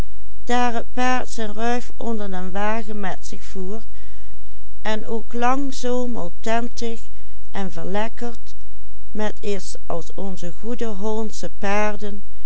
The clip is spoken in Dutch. en verlekkerd niet is als onze goede hollandsche paarden